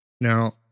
Now